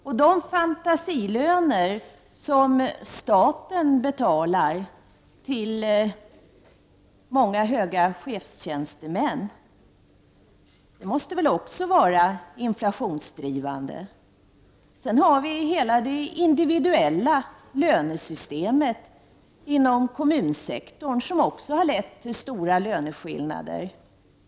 Och de fantasilöner som staten betalar till många höga chefstjänstemän måste väl också vara inflationsdrivande. Sedan har vi hela det individuella lönesystemet inom kommunsektorn som också har lett till stora löneskillnader.